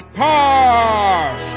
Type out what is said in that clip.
pass